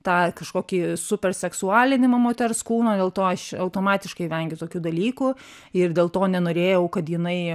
tą kažkokį super seksualinimą moters kūno dėl to aš automatiškai vengiu tokių dalykų ir dėl to nenorėjau kad jinai